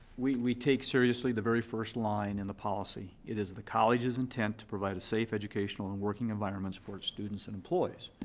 we we take seriously the very first line in the policy. it is the college's intent to provide a safe educational and working environment for its students and its employees.